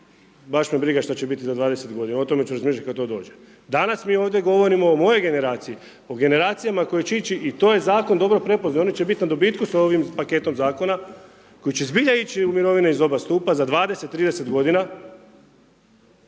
baš me briga što će biti za 20 godina, o tome ću razmišljati kad to dođe. Danas mi ovdje govorimo o mojoj generaciji, o generacijama koje će ići i to je zakon dobro prepoznao oni će biti na dobitku sa ovim paketom zakona koji će zbilja ići u mirovine iz oba stupa za 20., 30. godina